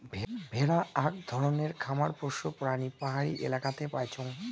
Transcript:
ভেড়া আক ধরণের খামার পোষ্য প্রাণী পাহাড়ি এলাকাতে পাইচুঙ